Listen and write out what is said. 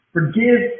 Forgive